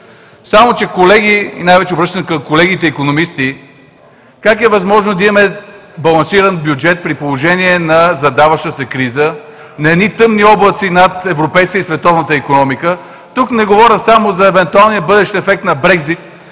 Само че, колеги, и най-вече се обръщам към колегите икономисти, как е възможно да имаме балансиран бюджет, при положение на задаваща се криза, на едни тъмни облаци над европейската и световната икономика? Тук не говоря само за евентуалния бъдещ ефект на Брекзит,